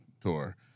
tour